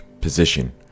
position